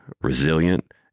resilient